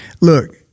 Look